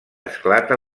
esclata